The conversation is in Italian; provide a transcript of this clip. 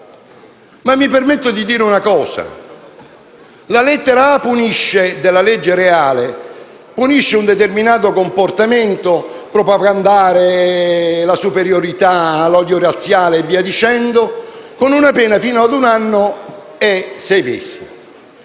Mi permetto di dire una cosa. La lettera *a)* dell'articolo 3 della legge Reale punisce un determinato comportamento (propagandare la superiorità, l'odio razziale e via dicendo) con una pena fino a un anno e sei mesi